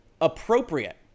appropriate